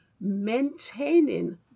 maintaining